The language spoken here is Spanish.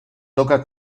toca